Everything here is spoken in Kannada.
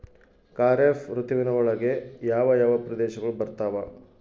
ಖಾರೇಫ್ ಋತುವಿನ ಒಳಗೆ ಯಾವ ಯಾವ ಪ್ರದೇಶಗಳು ಬರ್ತಾವ?